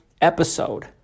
episode